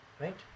Right